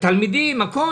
והתלמידים הם הפקר?